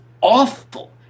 awful